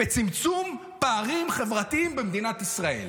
בצמצום פערים חברתיים במדינת ישראל?